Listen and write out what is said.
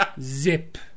zip